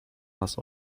nas